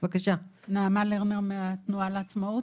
אני מהתנועה לעצמאות.